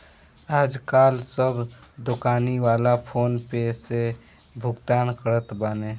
आजकाल सब दोकानी वाला फ़ोन पे से भुगतान करत बाने